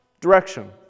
direction